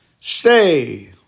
Stay